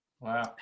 Wow